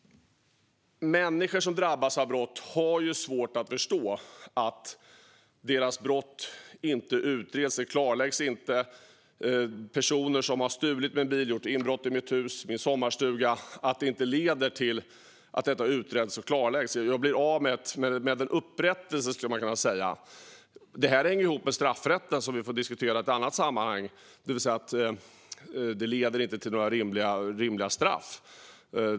Människor som drabbas av brott har svårt att förstå att brottet inte utreds och klarläggs. När någon har stulit min bil eller gjort inbrott i mitt hus eller min sommarstuga leder det inte till utredning och klarläggande. Jag går miste om min upprättelse, skulle man kunna säga. Detta hänger ihop med straffrätten, som vi får diskutera i ett annat sammanhang. Det leder inte till några rimliga straff.